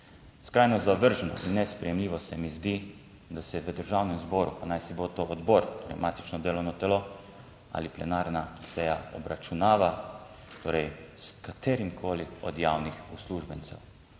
Skrajno zavržno in nesprejemljivo se mi zdi, da se v Državnem zboru pa naj si bo to odbor, torej matično delovno telo ali plenarna seja obračunava torej s katerimkoli od javnih uslužbencev,